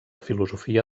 filosofia